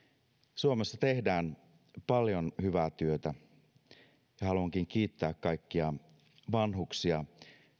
suomessa tehdään paljon hyvää työtä ja haluankin kiittää kaikkia vanhuksia